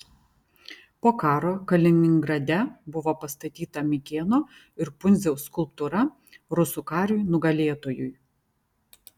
po karo kaliningrade buvo pastatyta mikėno ir pundziaus skulptūra rusų kariui nugalėtojui